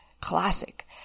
classic